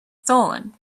stolen